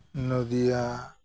ᱱᱚᱫᱤᱭᱟ